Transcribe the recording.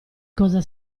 cosa